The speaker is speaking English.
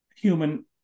human